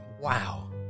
wow